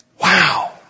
wow